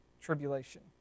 tribulation